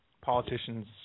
politicians